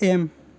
M